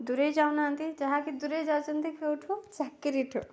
ଦୂରେଇ ଯାଉନାହାନ୍ତି ଯାହାକି ଦୂରେଇ ଯାଉଛନ୍ତି କେଉଁଠୁ ଚାକିରିଠୁ